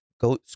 go